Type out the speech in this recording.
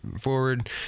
forward